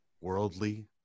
worldly